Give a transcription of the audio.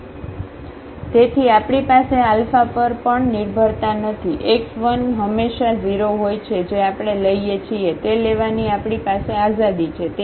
તેથી આપણી પાસે આ આલ્ફા પર પણ નિર્ભરતા નથી x1 હંમેશા 0 હોય છે જે આપણે લઈએ છીએ તે લેવાની આપણી પાસે આઝાદી છે